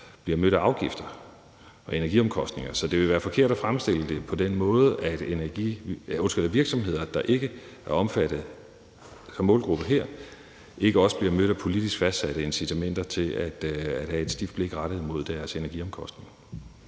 bliver mødt af afgifter og energiomkostninger. Så det ville være forkert at fremstille det på den måde, at virksomheder, der ikke er omfattet som målgruppe her, ikke også bliver mødt af politisk fastsatte incitamenter til at have et stift blik rettet mod deres energiomkostninger.